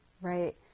right